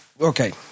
okay